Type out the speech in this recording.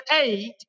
eight